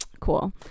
Cool